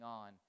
on